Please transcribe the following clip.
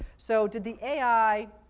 so did the ai